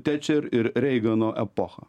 tečer ir reigano epocha